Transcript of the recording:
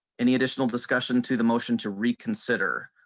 any additional discussion to the motion to reconsider.